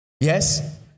Yes